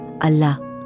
Allah